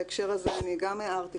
בהקשר הזה אני גם הערתי,